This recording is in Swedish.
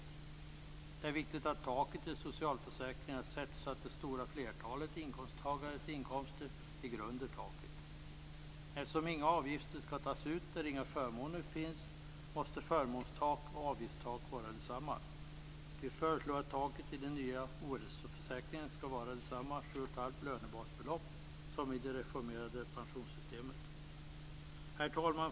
Det är viktigt att taket i socialförsäkringarna sätts så att det stora flertalet inkomsttagares inkomster ligger under taket. Eftersom inga avgifter skall tas ut där inga förmåner finns måste förmånstak och avgiftstak vara desamma. Vi föreslår att taket i den nya ohälsoförsäkringen skall vara detsamma, 7 1⁄2 lönebasbelopp, som i det reformerade pensionssystemet. Herr talman!